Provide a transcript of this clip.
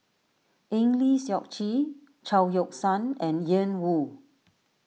Eng Lee Seok Chee Chao Yoke San and Ian Woo